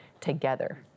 together